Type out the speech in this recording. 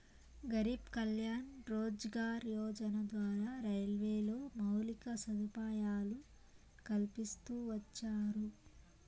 గరీబ్ కళ్యాణ్ రోజ్గార్ యోజన ద్వారా రైల్వేలో మౌలిక సదుపాయాలు కల్పిస్తూ వచ్చారు